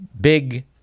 Big